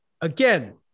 again